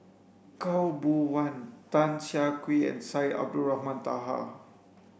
Khaw Boon Wan Tan Siah Kwee and Syed Abdulrahman Taha